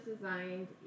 designed